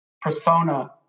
persona